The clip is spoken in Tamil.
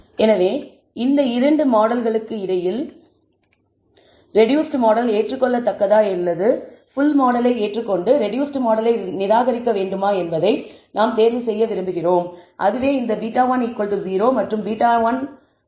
எனவே இந்த இரண்டு மாடல்களுக்கு இடையில் ரெடூஸ்ட் மாடல் ஏற்றுக்கொள்ளத்தக்கதா அல்லது புள் மாடலை ஏற்றுக்கொண்டு ரெடூஸ்ட் மாடலை நிராகரிக்க வேண்டுமா என்பதை நாம் தேர்வு செய்ய விரும்புகிறோம் அதுவே இந்த β10 மற்றும் β1